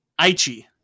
Aichi